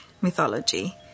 mythology